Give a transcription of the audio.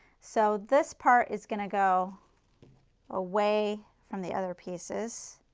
so this part is going to go away from the other pieces.